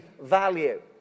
value